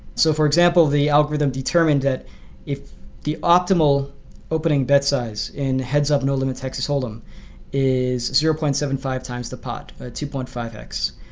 so for example, the algorithm determined that if the optimal opening bet size in heads-up no limit texas hold em is zero point seven five times the pot, ah two point five x,